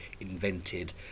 invented